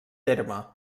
terme